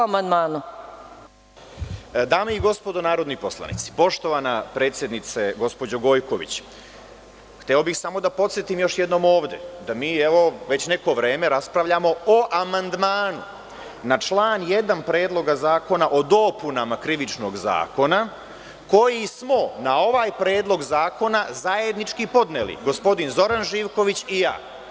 Dame i gospodo narodni poslanici, poštovana predsednice, gospođo Gojković, hteo bih samo da podsetim još jednom ovde da mi već neko vreme raspravljamo o amandmanu na član 1. Predloga zakona o dopunama Krivičnog zakona, koji smo na ovaj predlog zakona zajednički podneli gospodin Zoran Živković i ja.